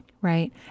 Right